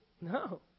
No